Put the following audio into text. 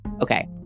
Okay